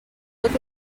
tot